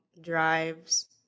drives